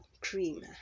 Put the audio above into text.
cream